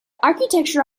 architecture